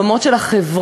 הבמות של החברה,